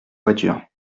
voiture